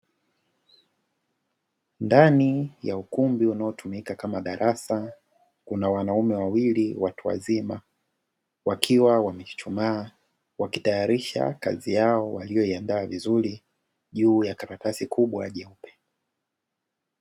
Ndani ya ukumbi unaotumika kama darasa, kuna wanaume wawili watu wazima, wakiwa wamechuchumaa wakitayarisha kazi yao waliyoandaa vizuri juu ya karatasi kubwa nyeupe.